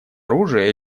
оружия